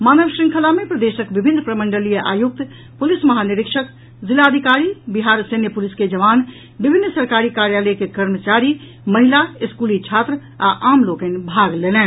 मानव श्रृंखला मे प्रदेशक विभिन्न प्रमंडलीय आयुक्त पुलिस महानिरीक्षक जिलाधिकारी बिहार सैन्य पुलिस के जवान विभिन्न सरकारी कार्यालय के कर्मचारी महिला स्कूली छात्र आ आम लोकनि भाग लेलनि